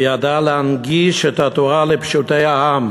היא ידע להנגיש את התורה לפשוטי העם.